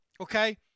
okay